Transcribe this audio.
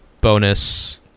bonus